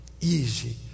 easy